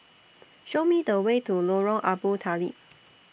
Show Me The Way to Lorong Abu Talib